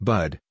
Bud